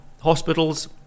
hospitals